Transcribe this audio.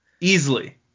Easily